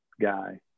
guy